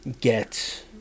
get